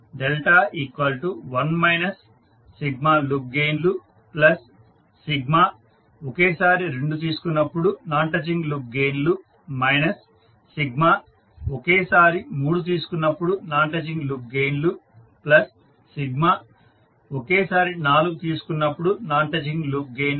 1 loop గెయిన్లు ఒకేసారి రెండు తీసుకున్నప్పుడు నాన టచింగ్ లూప్ గెయిన్లు ఒకేసారి మూడు తీసుకున్నప్పుడు నాన్ టచింగ్ లూప్ గెయిన్లు ఒకేసారి నాలుగు తీసుకున్నప్పుడు నాన్ టచింగ్ లూప్ గెయిన్లు